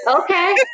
Okay